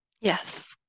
Yes